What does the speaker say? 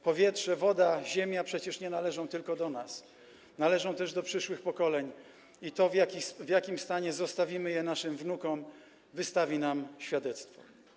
Powietrze, woda, ziemia przecież nie należą tylko do nas, należą też do przyszłych pokoleń i to, w jakim stanie zostawimy je naszym wnukom, wystawi nam świadectwo.